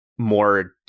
more